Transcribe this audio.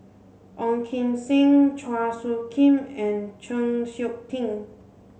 Ong Kim Seng Chua Soo Khim and Chng Seok Tin